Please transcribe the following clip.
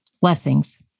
Blessings